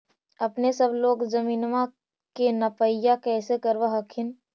अपने सब लोग जमीनमा के नपीया कैसे करब हखिन?